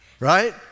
Right